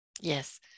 Yes